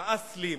האסלים.